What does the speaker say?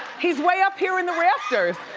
he's way up here in the rafters